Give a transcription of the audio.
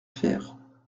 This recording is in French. faire